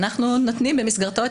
במסגרתו,